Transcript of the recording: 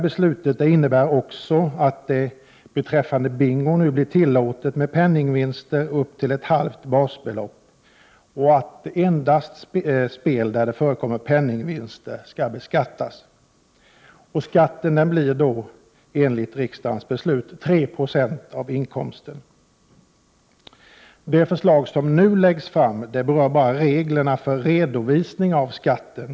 Beslutet innebär också när det gäller bingo att det nu blir tillåtet med penningvinster på upp till ett halvt basbelopp och att endast spel där det förekommer penningvinster skall beskattas. Skatten blir 3 70 av inkomsten, i enlighet med riksdagens beslut. Det förslag som nu läggs fram berör endast reglerna för redovisning av skatten.